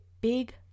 big